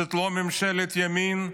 זאת לא ממשלת ימין,